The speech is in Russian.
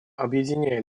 объединяет